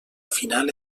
final